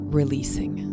releasing